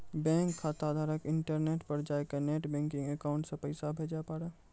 bank खाताधारक internet पर जाय कै नेट बैंकिंग अकाउंट से पैसा भेजे पारै